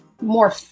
more